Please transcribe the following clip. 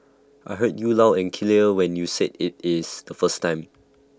I heard you loud and clear when you said IT is the first time